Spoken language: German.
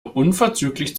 unverzüglich